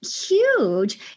huge